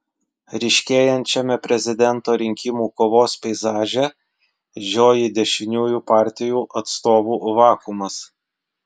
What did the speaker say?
ryškėjančiame prezidento rinkimų kovos peizaže žioji dešiniųjų partijų atstovų vakuumas